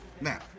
now